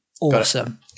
Awesome